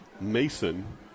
Mason